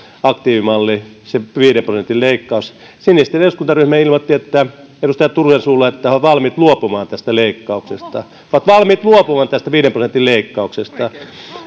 aktiivimalli ja se viiden prosentin leikkaus sinisten eduskuntaryhmä ilmoitti edustaja turusen suulla että he ovat valmiit luopumaan tästä leikkauksesta he ovat valmiit luopumaan tästä viiden prosentin leikkauksesta